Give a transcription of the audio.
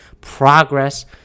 progress